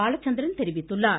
பாலச்சந்திரன் தெரிவித்துள்ளார்